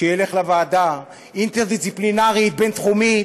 שילך לוועדה, אינטר-דיסציפלינרית, בין-תחומית,